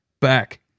Back